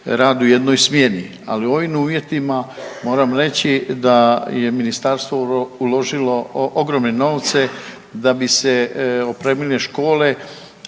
rad u jednoj smjeni. Ali u ovim uvjetima moram reći da je ministarstvo uložilo ogromne novce da bi se opremile škole